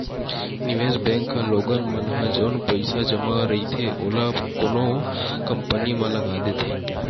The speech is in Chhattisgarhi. निवेस बेंक ह लोगन मन ह जउन पइसा जमा रहिथे ओला कोनो कंपनी म लगा देथे